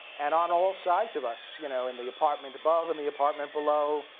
and on all sides of us, you know in the apartment above, in the apartment below,